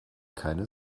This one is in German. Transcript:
keine